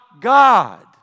God